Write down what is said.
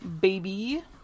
baby